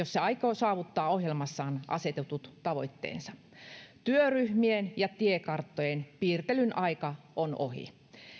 se aikoo saavuttaa ohjelmassaan asetetut tavoitteensa työryhmien ja tiekarttojen piirtelyn aika on ohi